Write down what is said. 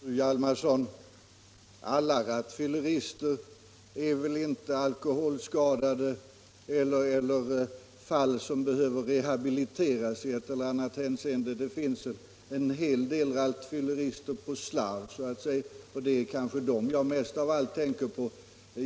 Herr talman! Alla rattfyllerister är väl inte alkoholskadade eller i behov av rehabilitering, fru Hjalmarsson. Det finns en hel del rattfyllerister på slarv så att säga, och det är dem som jag har tänkt på.